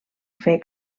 fer